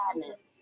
sadness